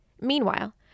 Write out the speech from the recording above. Meanwhile